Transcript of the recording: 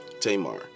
Tamar